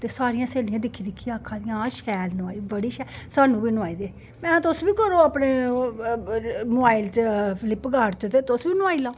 ते सारियां स्हेलियां दिक्खी दिक्खियै आक्खा दियां शैल नोहाई बड़ी शैल स्हान्नूं बी नोहाई दे महैं तुस बी करो मोवाइल च फ्लिप कार्ट च ते तुस बी नोहाई लैओ